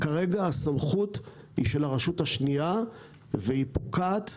כרגע הסמכות היא של הרשות השנייה והיא פוקעת.